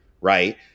right